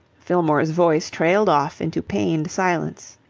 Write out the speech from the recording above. fillmore's voice trailed off into pained silence.